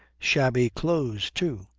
shabby clothes, too,